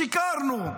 שיקרנו,